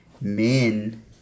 men